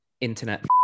internet